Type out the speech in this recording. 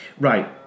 Right